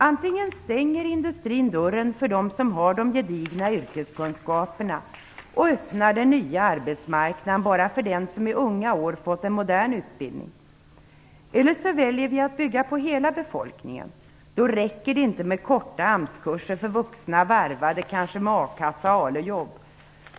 Antingen stänger industrin dörren för dem som har de gedigna yrkeskunskaperna och öppnar den nya arbetsmarknaden bara för den som i unga år fått en modern utbildning, eller också väljer man att bygga på hela befolkningen. Då räcker det inte med korta AMS-kurser för vuxna kanske varvade med a-kassa och ALU-jobb.